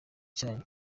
cyanyu